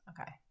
Okay